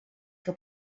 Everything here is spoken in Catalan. que